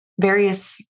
various